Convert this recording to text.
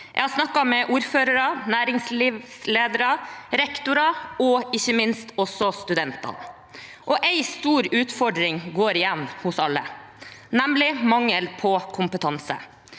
Jeg har snakket med ordførere, næringslivsledere, rektorer og ikke minst studenter. En stor utfordring nevnes av alle, nemlig mangelen på kompetanse.